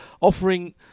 offering